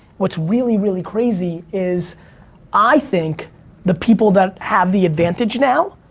what's really, really crazy is i think the people that have the advantage now,